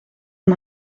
een